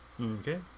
Okay